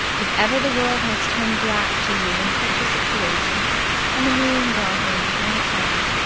if ever the world has turned black to you in such a situation and the moon gone in behind a cloud,